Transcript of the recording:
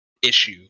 issue